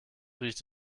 riecht